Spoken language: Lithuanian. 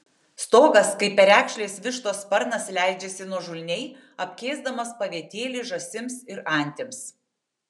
stogas kaip perekšlės vištos sparnas leidžiasi nuožulniai apkėsdamas pavietėlį žąsims ir antims